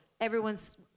everyone's